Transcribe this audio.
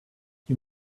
you